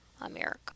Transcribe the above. America